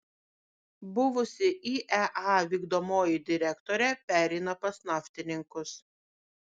buvusi iea vykdomoji direktorė pereina pas naftininkus